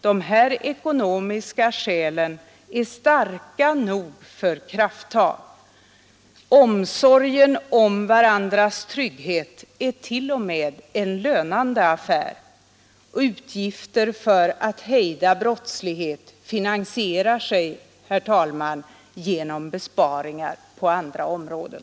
De här ekonomiska skälen är starka nog för krafttag. Omsorgen om varandras trygghet är t.o.m. en lönande affär. Utgifter för att hejda brottslighet finansierar sig, herr talman, genom besparingar på andra områden.